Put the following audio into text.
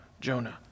Jonah